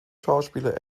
schauspieler